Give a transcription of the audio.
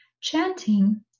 Chanting